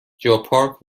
جاپارک